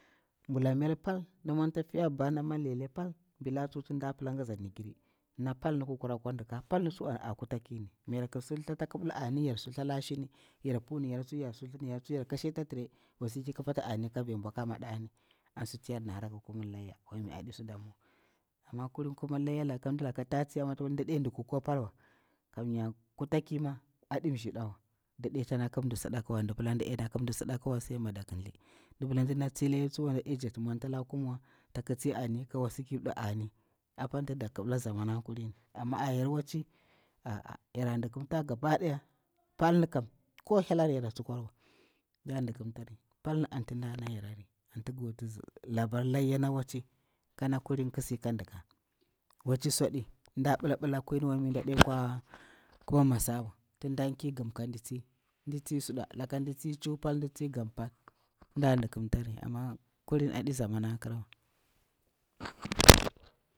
Mbulamel pal, a fiya babana m. lele pul, bila tsuwa tin nda pila kiza nijiri, pal ki kura akwa dika, pal ni tsuwa a kutaki, ta kibila ani yara sultala shini, yar pu a yaru sultala shini, yar pu a yaru tsuwa yar sulta, yar kashi ta a tray, wasiki fati a ni njir vi a bwa kamadanga. Amma ƙulin kumir layya laka, mdilaka ta tsiyari ma ta pila nɗa ɗe dikku ko palwa, kamnya kutaki ma adiya mshiɗawa, nɗa pila nɗi pila sai mi mji na vi ki thati, an sunat nɗa kibila zamani kuluni, amma a yar na watchi yar na nɗikimta pal ni ko hyelari yara tsukwar wa nɗa nɗikimtari, tin pol an ayaru, su adi nda bila kwui wami natian masawa, nda tsi suɗa, amma kulini aɗi namanir kriwa.